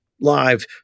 live